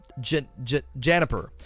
Janiper